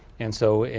and so,